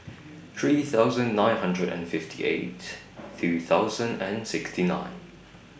three thousand nine hundred and fifty eight two thousand and sixty nine